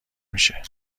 میشه